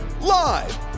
Live